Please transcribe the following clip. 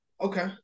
okay